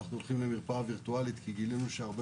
הולכים לכיוון המרפאה הדיגיטלית כי גילינו שהרבה